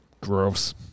gross